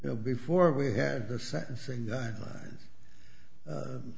you know before we had